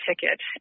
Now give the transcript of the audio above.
ticket